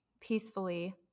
peacefully